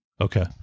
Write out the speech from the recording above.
Okay